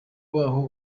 baho